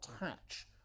attach